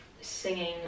singing